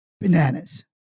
bananas